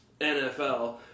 NFL